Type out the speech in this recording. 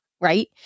right